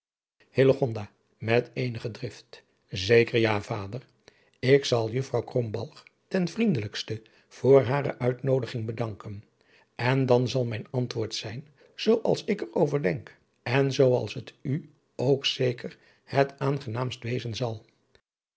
zeker ja vader ik zal juffrouw krombalg ten vriendelijkste voor hare uitnoodiging bedanken en dan zal mijn antwoord zijn zoo als ik er over denk en zoo als het u ook zeker het aangenaamst wezen zal